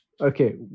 Okay